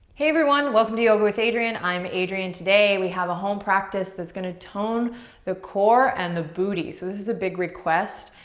hey everyone, welcome to yoga with adriene. i'm adriene. today we have a home practice that's gonna tone the core and the booty. so this is a big request,